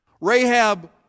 Rahab